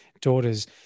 daughters